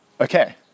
Okay